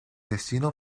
destino